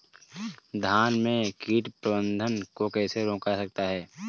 धान में कीट प्रबंधन को कैसे रोका जाता है?